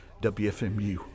WFMU